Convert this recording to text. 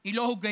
היא לא הוגנת,